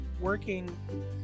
working